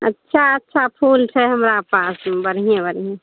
अच्छा अच्छा फुल छै हमरा पास बढ़िआँ बढ़िआँ